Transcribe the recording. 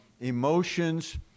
emotions